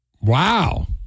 Wow